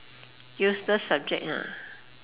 useless subject ah